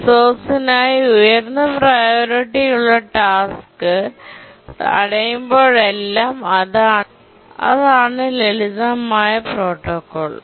റിസോഴ്സിനായി ഉയർന്ന പ്രിയോറിറ്റി യുള്ള ടാസ്ക് തടയുമ്പോഴെല്ലാം അതാണ് ലളിതമായ പ്രോട്ടോക്കോൾ